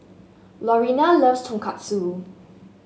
Lorena loves Tonkatsu